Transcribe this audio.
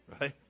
right